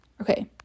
Okay